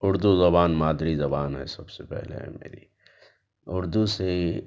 اردو زبان مادری زبان ہے سب سے پہلے ہے میری اردو سے